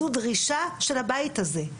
זו דרישה של הבית הזה,